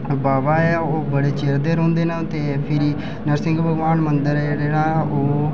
ते ओह् बावा न ओह् बड़े चिर दा रौंह्दे न फिरी ते नरसिंघ भगवान मंदिर ऐ जेह्ड़ा ओह्